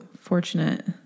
fortunate